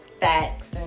facts